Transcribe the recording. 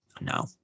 No